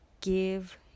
give